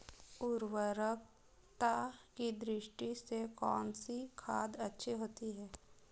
उर्वरकता की दृष्टि से कौनसी खाद अच्छी होती है?